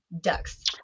ducks